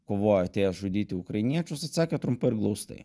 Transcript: kovoja atėjęs žudyti ukrainiečius atsakė trumpai ir glaustai